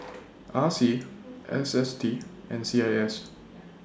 R C S S T and C A S